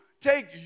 take